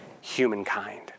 humankind